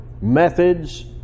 methods